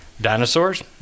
dinosaurs